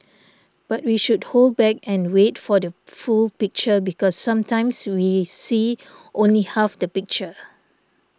but we should hold back and wait for the full picture because sometimes we see only half the picture